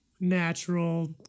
natural